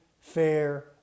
fair